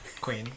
Queen